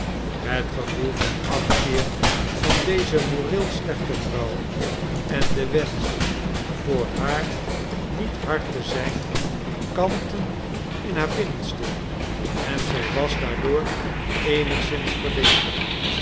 het gevoel van afkeer van deze moreel slechte vrouw en de wensch voor haar niet hard te zijn kampten in haar binnenste en zij was daardoor eenigszins verlegen